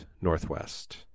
Northwest